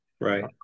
Right